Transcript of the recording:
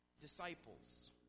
disciples